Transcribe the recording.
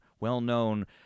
well-known